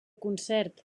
concert